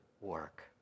work